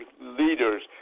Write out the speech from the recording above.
leaders